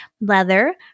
leather